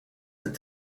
that